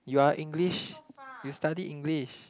you are English you study English